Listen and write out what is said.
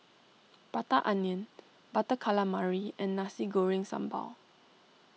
Prata Onion Butter Calamari and Nasi Goreng Sambal